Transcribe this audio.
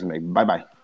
Bye-bye